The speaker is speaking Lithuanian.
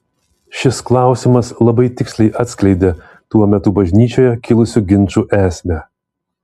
šis klausimas labai tiksliai atskleidė tuo metu bažnyčioje kilusių ginčų esmę